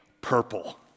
purple